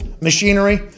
machinery